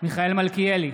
מיכאל מלכיאלי,